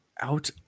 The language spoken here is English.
out